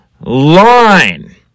line